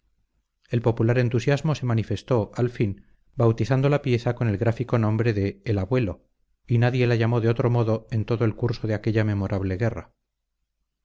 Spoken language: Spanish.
el popular entusiasmo se manifestó al fin bautizando la pieza con el gráfico nombre de el abuelo y nadie la llamó de otro modo en todo el curso de aquella memorable guerra